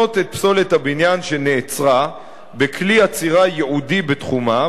לפנות את פסולת הבניין שנאצרה בכלי אצירה ייעודי בתחומה,